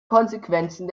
konsequenzen